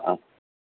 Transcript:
অঁ